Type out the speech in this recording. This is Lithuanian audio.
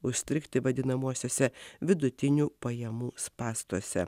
užstrigti vadinamuosiuose vidutinių pajamų spąstuose